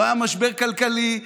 לא היה משבר כלכלי,